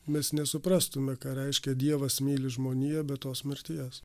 mes nesuprastume ką reiškia dievas myli žmoniją be tos mirties